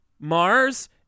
Mars